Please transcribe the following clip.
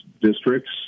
districts